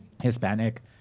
Hispanic